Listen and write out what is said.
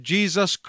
Jesus